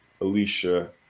Alicia